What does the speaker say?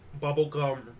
bubblegum